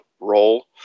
role